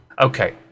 Okay